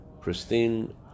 pristine